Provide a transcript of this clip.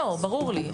ברור לי.